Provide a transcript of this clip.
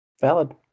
valid